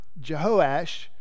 Jehoash